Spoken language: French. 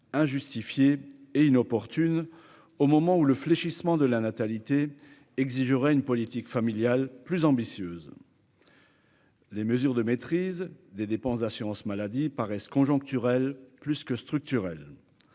injustifiée et inopportune au moment où le fléchissement de la natalité exigerait une politique familiale plus ambitieuse. Les mesures de maîtrise des dépenses d'assurance-maladie paraissent conjoncturelle plus que structurelle